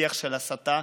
שיח של הסתה.